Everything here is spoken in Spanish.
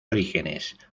orígenes